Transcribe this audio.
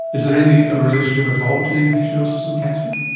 is there any relationship at all between endometriosis and cancer?